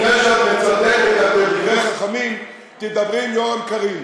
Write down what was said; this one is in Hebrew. לפני שאת מצטטת דברי חכמים, תדברי עם יורם קריב,